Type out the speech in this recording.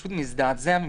פשוט מזדעזע ומתקומם.